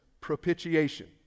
propitiation